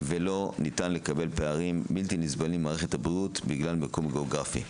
ולא ניתן לקבל פערים בלתי נסבלים במערכת הבריאות בגלל מיקום גיאוגרפי.